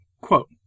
quote